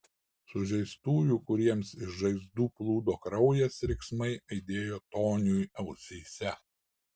sužeistųjų kuriems iš žaizdų plūdo kraujas riksmai aidėjo toniui ausyse